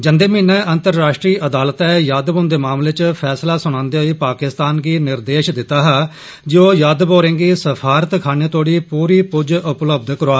जंदे म्हीने अंतर्राश्ट्री अदालतै जाधव हुंदे मामले च फैसला सनांदे होई पाकिस्तान गी निर्देश दित्ता हा जे ओह् जाधव होरें'गी सफारतखाने तोह्ड़ी पूरी पुज्ज उपलब्ध करोआ